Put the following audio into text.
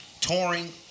touring